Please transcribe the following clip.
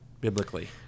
biblically